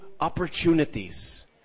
opportunities